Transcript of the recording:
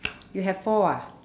you have four ah